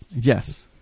Yes